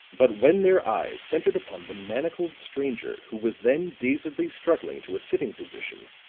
but when their eyes centered upon the manacled stranger who was then dazedly struggling to a sitting position,